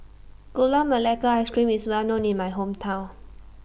Gula Melaka Ice Cream IS Well known in My Hometown